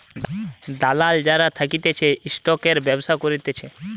দালাল যারা থাকতিছে স্টকের ব্যবসা করতিছে